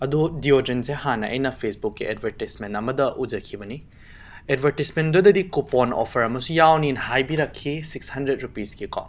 ꯑꯗꯣ ꯗꯤꯑꯣꯗ꯭ꯔꯤꯟꯁꯦ ꯍꯥꯟꯅ ꯑꯩꯅ ꯐꯦꯁꯕꯨꯛꯀꯤ ꯑꯦꯗꯕꯔꯇꯤꯁꯃꯦꯟ ꯑꯃꯗ ꯎꯖꯈꯤꯕꯅꯤ ꯑꯦꯗꯕꯔꯇꯤꯁꯃꯦꯟꯗꯨꯗꯤ ꯀꯨꯄꯣꯟ ꯑꯣꯐꯔ ꯑꯃꯁꯨ ꯌꯥꯎꯅꯤꯅ ꯍꯥꯏꯕꯤꯔꯛꯈꯤ ꯁꯤꯛꯁ ꯍꯟꯗ꯭ꯔꯦꯠ ꯔꯨꯄꯤꯁꯀꯤ ꯀꯣ